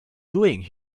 doing